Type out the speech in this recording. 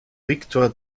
viktor